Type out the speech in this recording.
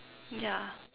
ya